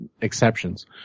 exceptions